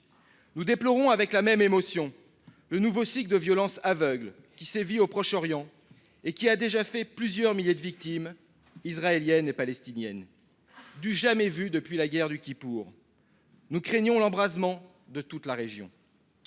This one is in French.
Nous déplorons avec la même émotion le nouveau cycle de violences aveugles qui sévit au Proche-Orient et qui a déjà fait plusieurs milliers de victimes, israéliennes et palestiniennes. On n’avait pas connu une telle situation depuis la guerre du Kippour. Nous craignons l’embrasement de toute la région.